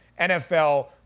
nfl